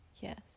Yes